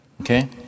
Okay